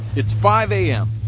it's five am,